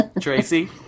Tracy